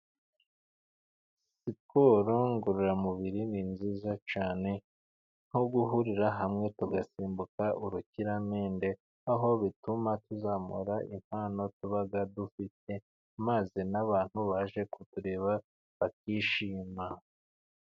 Siporo ngororamubiri ni nziza cyane nko guhurira hamwe tugasimbuka urukiramende, aho bituma tuzamura impano tuba dufite maze n'abantu baje kutureba bakishima.